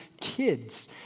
kids